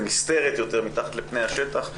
ונסתרת יותר מתחת לפני השטח,